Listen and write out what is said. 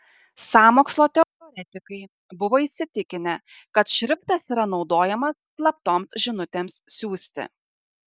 sąmokslo teoretikai buvo įsitikinę kad šriftas yra naudojamas slaptoms žinutėms siųsti